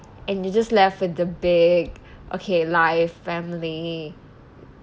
and you're just left with the big okay life family